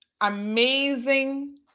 amazing